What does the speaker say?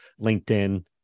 LinkedIn